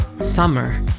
Summer